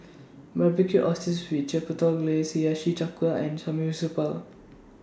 Barbecued Oysters with Chipotle Glaze Hiyashi Chuka and